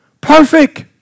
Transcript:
Perfect